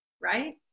right